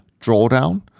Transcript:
drawdown